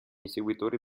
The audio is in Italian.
inseguitori